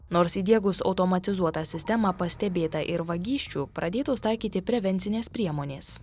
nors įdiegus automatizuotą sistemą pastebėta ir vagysčių pradėtos taikyti prevencinės priemonės